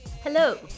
hello